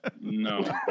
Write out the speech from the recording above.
no